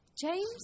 James